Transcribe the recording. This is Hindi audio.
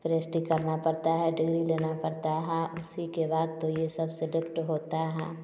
प्रेस्टी करना पड़ता है डिग्री लेना पड़ता है इसी के बाद तो ये सब सेलेक्ट होता है